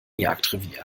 jagdrevier